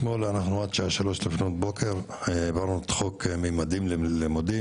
אתמול אנחנו עד שלוש לפנות בוקר העברנו את החוק ממדים ללימודים,